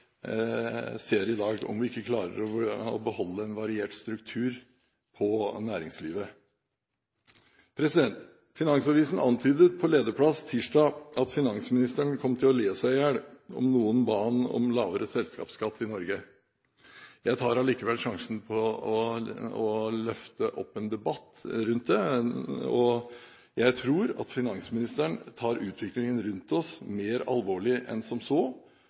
ser i dag, om vi ikke klarer å beholde en variert struktur på næringslivet. Finansavisen antydet på lederplass tirsdag at finansministeren kom til å le seg i hjel om noen ba ham om lavere selskapsskatt i Norge. Jeg tar allikevel sjansen på å løfte opp en debatt rundt det, og jeg tror at finansministeren tar utviklingen rundt oss mer alvorlig enn som så.